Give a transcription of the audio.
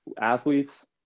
Athletes